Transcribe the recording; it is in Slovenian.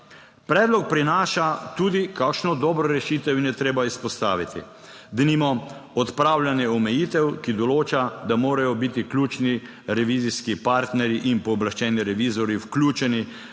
Predlog prinaša tudi kakšno dobro rešitev in jo je treba izpostaviti, denimo odpravljanje omejitev, ki določa, da morajo biti ključni revizijski partnerji in pooblaščeni revizorji vključeni